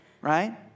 right